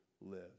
live